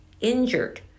injured